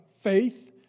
Faith